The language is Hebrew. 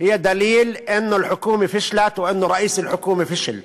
הוא הוכחה לכך שהממשלה נכשלה ושראש הממשלה נכשל.